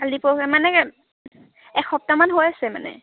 কালি পৰহি মানে এসপ্তাহমান হৈছে মানে